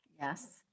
Yes